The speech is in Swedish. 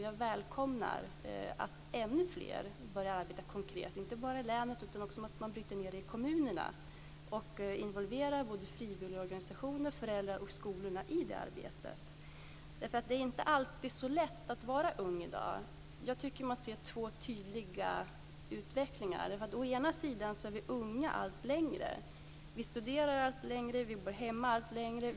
Jag välkomnar att ännu fler börjar arbeta konkret inte bara i länet utan också i kommunerna och involverar frivilligorganisationer, föräldrar och skolorna i det arbetet. Det är inte alltid så lätt att vara ung i dag. Jag tycker att man ser två tydliga utvecklingar. Å ena sidan är vi unga allt längre. Vi studerar allt längre. Vi bor hemma allt längre.